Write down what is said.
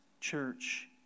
church